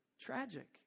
tragic